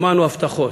שמענו הבטחות,